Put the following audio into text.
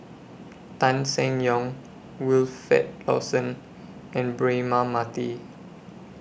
Tan Seng Yong Wilfed Lawson and Braema Mathi